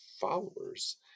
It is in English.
followers